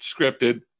scripted